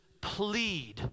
plead